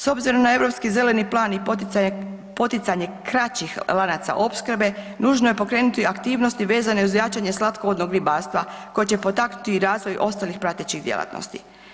S obzirom na Europski zeleni plan i poticanje kraćih lanaca opskrbe nužno je pokrenuti aktivnosti vezane uz jačanje slatkovodnog ribarstva koje će potaknuti i razvoj ostalih pratećih djelatnosti.